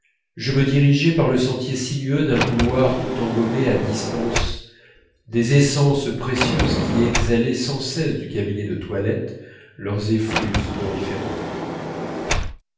je me dirigeais par le sentier sinueux d'un couloir tout embaumé à distance des essences précieuses qui exhalaient sans cesse du cabinet de toilette leurs effluves odoriférants